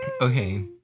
Okay